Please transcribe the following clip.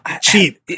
cheap